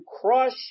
crush